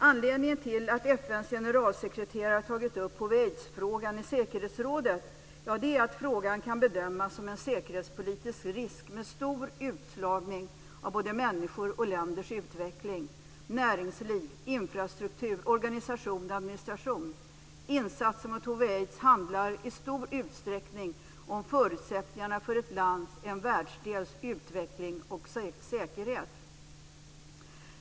Anledningen till att FN:s generalsekreterare har tagit upp hiv aids handlar i stor utsträckning om förutsättningarna för ett lands, en världsdels utveckling och säkerhet.